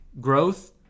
growth